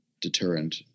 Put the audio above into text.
deterrent